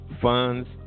funds